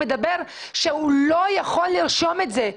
אומר שהוא לא יכול לרשום את זה.